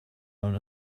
mewn